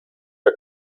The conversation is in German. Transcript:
der